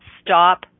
Stop